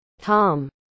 Tom